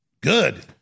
Good